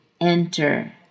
enter